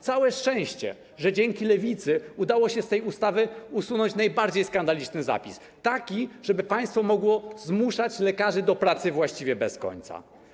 Całe szczęście, że dzięki Lewicy udało się z tej ustawy usunąć najbardziej skandaliczny zapis, taki, żeby państwo mogło zmuszać lekarzy do pracy właściwie bez końca.